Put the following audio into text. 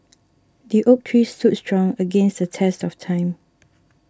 the oak tree stood strong against the test of time